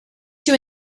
you